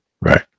Right